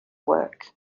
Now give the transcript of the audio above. work